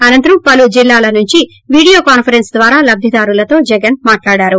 అనంతరం పలు జిల్లాల నుంచి వీడియో కాన్పరెన్స్ ద్వారా లబ్దిదారులతో జగన్ మాట్లాడారు